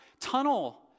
tunnel